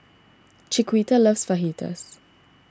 Chiquita loves Fajitas